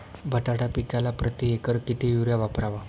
बटाटा पिकाला प्रती एकर किती युरिया वापरावा?